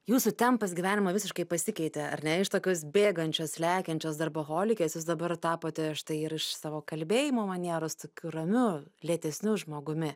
jūsų tempas gyvenimo visiškai pasikeitė ar ne iš tokios bėgančios lekiančios darboholikės jūs dabar tapote štai ir iš savo kalbėjimo manieros tokiu ramiu lėtesniu žmogumi